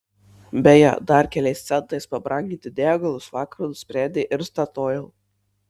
beje dar keliais centais pabranginti degalus vakar nusprendė ir statoil